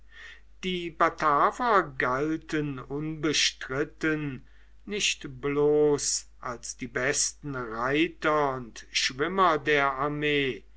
die bataver galten unbestritten nicht bloß als die besten reiter und schwimmer der armee